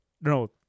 no